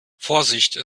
vorsichtig